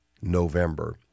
November